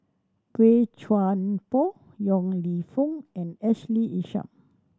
Boey Chuan Poh Yong Lew Foong and Ashley Isham